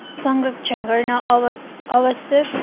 संरक्षण गर्न अव आवश्यक